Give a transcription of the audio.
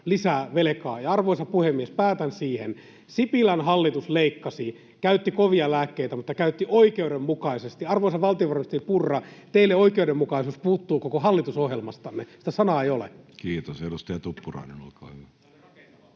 miljardia. Arvoisa puhemies! Päätän siihen: Sipilän hallitus leikkasi ja käytti kovia lääkkeitä mutta käytti oikeudenmukaisesti. Arvoisa valtiovarainministeri Purra, teiltä oikeudenmukaisuus puuttuu koko hallitusohjelmastanne. Sitä sanaa ei ole. [Sebastian Tynkkynen: Se oli